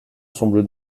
semble